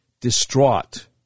distraught